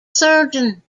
surgeon